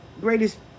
Greatest